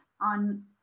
on